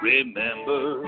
Remember